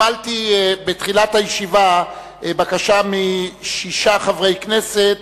קיבלתי בתחילת הישיבה בקשה משישה חברי כנסת